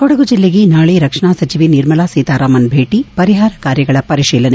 ಕೊಡಗು ಜಿಲ್ಲೆಗೆ ನಾಳೆ ರಕ್ಷಣಾ ಸಚಿವೆ ನಿರ್ಮಲಾ ಸೀತಾರಾಮನ್ ಭೇಟಿ ಪರಿಹಾರ ಕಾರ್ಯಗಳ ಪರಿಶೀಲನೆ